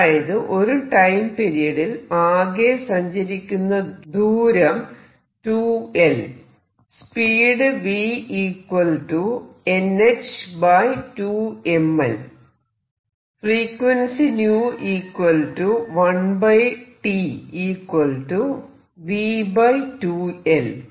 അതായത് ഒരു ടൈം പീരിയഡിൽ ആകെ സഞ്ചരിക്കുന്ന ദൂരം 2L speed v hn2mL frequency 𝞶 1T v2L